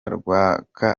rwaka